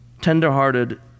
tender-hearted